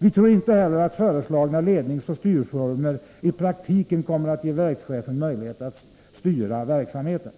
Vi tror inte heller att föreslagna ledningsoch styrformer i praktiken kommer att ge verkschefen möjlighet att styra verksamheten.